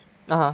(uh huh)